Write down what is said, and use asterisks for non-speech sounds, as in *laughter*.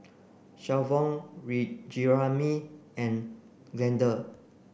Shavon *unintelligible* Jeramy and Glenda